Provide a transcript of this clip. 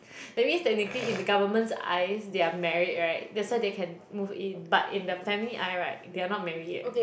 that means technically in the government's eyes they are married right that's why they can move in but in the family eye right they are not married yet